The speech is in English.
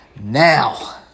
Now